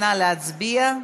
נא להצביע.